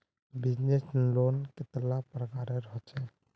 Business loan कतेला प्रकारेर होचे?